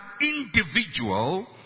individual